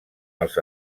els